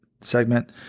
segment